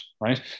right